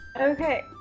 Okay